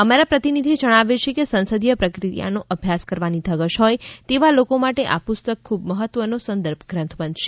અમારા પ્રતિભિધિ જણાવે છે કે સંસદીય પ્રક્રિયાનો અભ્યાસ કરવાની ધગશ હોય તેવા લોકો માટે આ પુસ્તક ખૂબ મહત્વનો સંદર્ભ ગ્રંથ બનશે